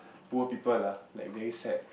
poor people lah like very sad